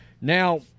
Now